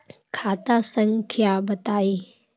खाता संख्या बताई?